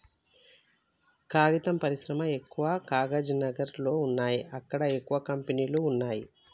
కాగితం పరిశ్రమ ఎక్కవ కాగజ్ నగర్ లో వున్నాయి అక్కడ ఎక్కువ కంపెనీలు వున్నాయ్